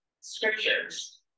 scriptures